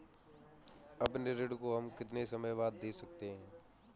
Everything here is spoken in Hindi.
अपने ऋण को हम कितने समय बाद दे सकते हैं?